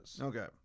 Okay